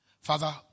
Father